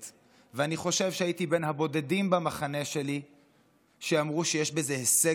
אני חושב שהייתי בין הבודדים במחנה שלי שאמרו שיש בזה הישג של ממש.